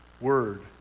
word